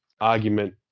argument